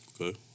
Okay